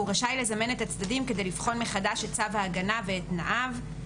והוא רשאי לזמן את הצדדים כדי לבחון מחדש את צו ההגנה ואת תנאיו.